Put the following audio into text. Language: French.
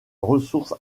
ressource